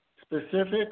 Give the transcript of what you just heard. specific